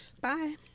Bye